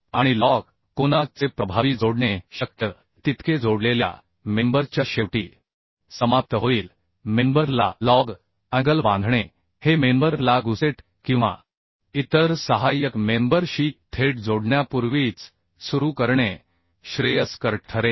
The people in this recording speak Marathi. आणि लज कोनाचे प्रभावी जोडणे शक्य तितके जोडलेल्या मेंबरच्या शेवटी समाप्त होईल मेंबर ला लज अँगल बांधणे हे मेंबरला गुसेट किंवा इतर सहाय्यक मेंबर शी थेट जोडण्यापूर्वीच सुरू करणे श्रेयस्कर ठरेल